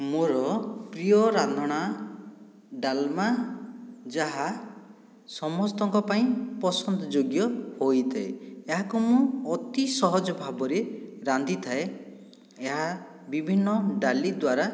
ମୋ'ର ପ୍ରିୟ ରାନ୍ଧଣା ଡାଲମା ଯାହା ସମସ୍ତଙ୍କ ପାଇଁ ପସନ୍ଦ ଯୋଗ୍ୟ ହୋଇଥାଏ ଏହାକୁ ମୁଁ ଅତି ସହଜ ଭାବରେ ରାନ୍ଧିଥାଏ ଏହା ବିଭିନ୍ନ ଡାଲି ଦ୍ଵାରା